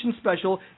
Special